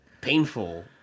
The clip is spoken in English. painful